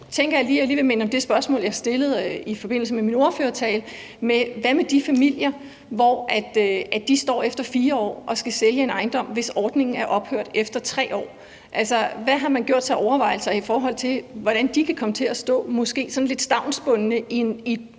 lige vil minde om det spørgsmål, jeg stillede i forbindelse med min ordførertale: Hvad med de familier, som efter 4 år står og skal sælge en ejendom, hvis ordningen er ophørt efter 3 år? Hvad har man gjort sig af overvejelser, i forhold til hvordan de kan komme til at stå måske lidt stavnsbundne i en